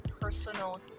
personal